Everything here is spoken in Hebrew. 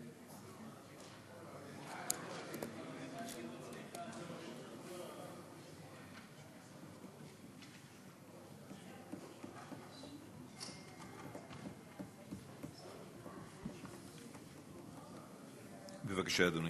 בבקשה, אדוני.